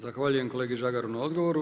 Zahvaljujem kolegi Žagaru na odgovoru.